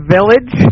Village